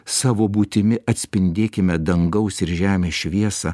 savo būtimi atspindėkime dangaus ir žemės šviesą